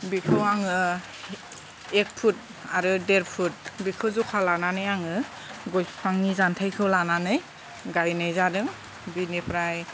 बेखौ आङो एक फुट आरो देर फुट बेखौ जखा लानानै आङो गय बिफांनि जान्थायखौ लानानै गायनाय जादों बेनिफ्राय